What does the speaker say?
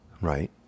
Right